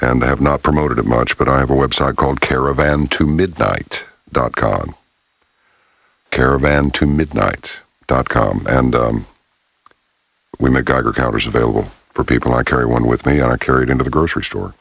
and have not promoted it much but i have a website called caravan to midnight dot com on caravan to midnight dot com and women geiger counters available for people i carry one with me are carried into the grocery store